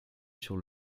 sur